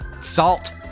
Salt